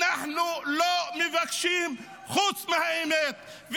אנחנו לא מבקשים דבר חוץ מהאמת,